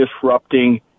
disrupting